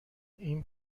این